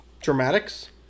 dramatics